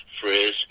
Frizz